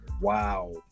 Wow